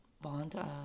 Bond